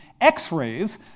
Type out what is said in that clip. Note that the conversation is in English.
x-rays